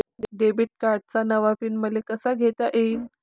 Debit कार्डचा नवा pin मले कसा घेता येईन?